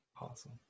awesome